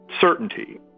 certainty